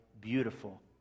beautiful